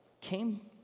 came